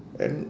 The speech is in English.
and